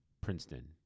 princeton